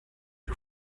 you